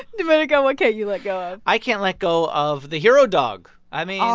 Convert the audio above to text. domenico, what can't you let go of? i can't let go of the hero dog. i mean.